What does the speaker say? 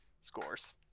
scores